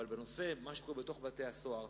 אבל מה שקורה בתוך בתי-הסוהר,